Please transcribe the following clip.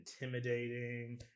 intimidating